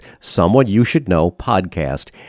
someoneyoushouldknowpodcast